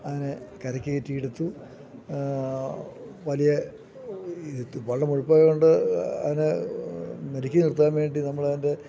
അതിനെ കരയ്ക്കു കയറ്റിയെടുത്ത് വലിയ ഈ വളരെ മുഴുപ്പായതുകൊണ്ട് അതിനെ മെരുക്കി നിർത്താൻവേണ്ടി നമ്മളതിൻ്റെ